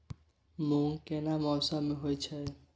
मूंग केना मौसम में होय छै?